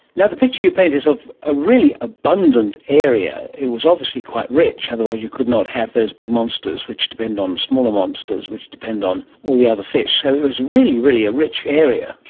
the picture you paint is of a really abundant area. it was obviously quite rich otherwise you could not have those big monsters which depend on smaller monsters which depend on all the other fish, so it was really, really a rich area.